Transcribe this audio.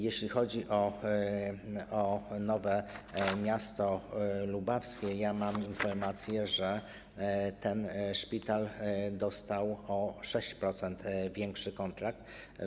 Jeśli chodzi o Nowe Miasto Lubawskie, to mam informację, że ten szpital dostał o 6% większy kontrakt.